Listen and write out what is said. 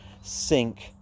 sink